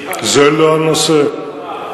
זכותי לדבר.